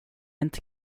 inte